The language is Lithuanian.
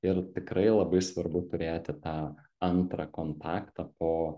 ir tikrai labai svarbu turėti tą antrą kontaktą po